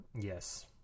yes